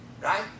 right